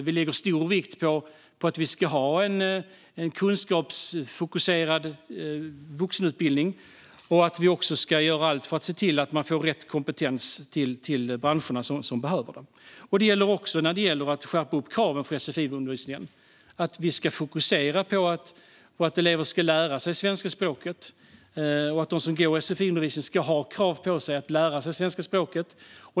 Vi lägger stor vikt vid att vi ska ha en kunskapsfokuserad vuxenutbildning. Vi ska också göra allt för att se till att man får rätt kompetens till de branscher som behöver det. Detsamma gäller också när det handlar om att skärpa kraven på sfiundervisningen: Vi ska fokusera på att elever ska lära sig svenska språket. De som går i sfi-undervisning ska ha krav på sig att lära sig svenska språket.